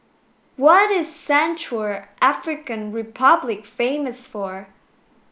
what is Central African Republic famous for